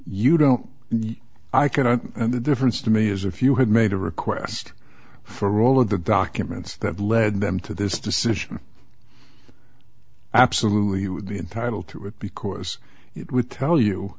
you don't and i can i and the difference to me is if you had made a request for all of the documents that led them to this decision absolutely would be entitled to it because it would tell you